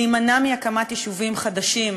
להימנע מהקמת יישובים חדשים,